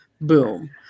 Boom